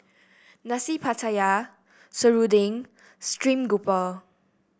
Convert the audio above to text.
Nasi Pattaya serunding and stream grouper